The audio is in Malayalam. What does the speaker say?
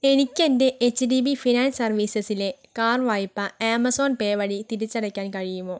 എനിക്ക് എൻ്റെ എച്ച് ഡി ബി ഫിനാൻസ് സർവീസസിലെ കാർ വായ്പ ആമസോൺ പേ വഴി തിരിച്ചടയ്ക്കാൻ കഴിയുമോ